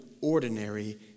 ordinary